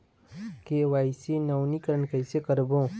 KYC नवीनीकरण कैसे करबो?